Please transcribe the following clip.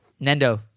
Nendo